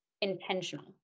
intentional